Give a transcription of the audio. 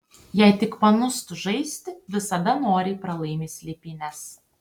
jei tik panūstu žaisti visada noriai pralaimi slėpynes